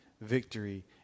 victory